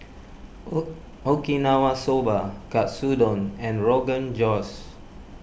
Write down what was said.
Okinawa Soba Katsudon and Rogan Josh